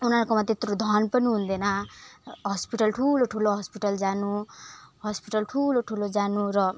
उनीहरूकोमा त्यत्रो धन पनि हुँदैन हस्पिटल ठुलो ठुलो हस्पिटल जानु हस्पिटल ठुलो ठुलो जानु र